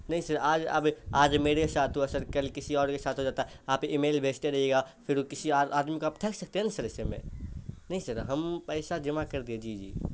نہیں سر آج اب آج میرے ساتھ ہوا سر کل کسی اور کے ساتھ ہو جاتا آپ ای میل بھیجتے رہیے گا پھر وہ کسی اور آدمی کا ٹھگ سکتے ہیں نا سر اس سے میں نہیں سر ہم پیسہ جمع کر دیے جی جی